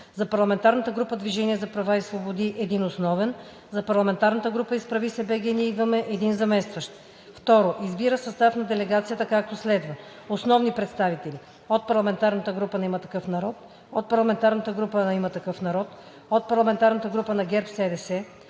за парламентарната група на „Движение за права и свободи“ – 1 основен; - за парламентарната група на „Изправи се БГ! Ние идваме!“ – 1 заместващ. 2. Избира състав на делегацията, както следва: а) Основни представители: - от парламентарната група на „Има такъв народ“; - от парламентарната група на „Има такъв народ“; - от парламентарната група на ГЕРБ-СДС;